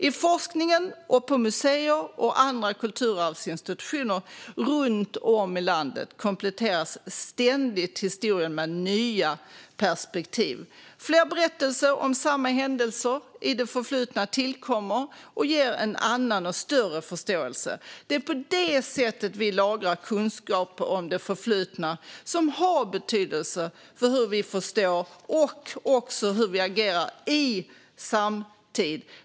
I forskningen och på museer och andra kulturarvsinstitutioner runt om i landet kompletteras historien ständigt med nya perspektiv. Fler berättelser om samma händelser i det förflutna tillkommer och ger en annan och större förståelse. Det är på detta sätt vi lagrar kunskaper om det förflutna som har betydelse för hur vi förstår och även agerar i samtiden.